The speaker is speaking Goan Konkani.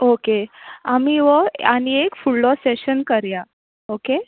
ओके आमी हो आनी एक फुडलो सेशन करया ओके